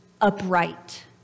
upright